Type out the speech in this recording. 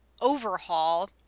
overhaul